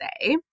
say